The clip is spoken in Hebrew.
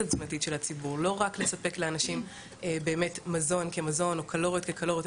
לא רק לספק לאנשים מזון כמזון או קלוריות כקלוריות,